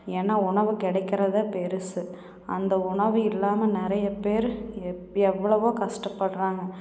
ஏன்னா உணவு கிடைக்கிறதே பெருசு அந்த உணவு இல்லாமல் நிறையப் பேர் எப் எவ்வளோவோ கஷ்டப்படுறாங்க